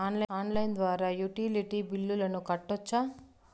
Online ద్వారా utility బిల్లులను కట్టొచ్చా?